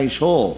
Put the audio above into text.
show